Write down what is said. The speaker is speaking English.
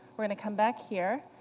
we're going to come back here.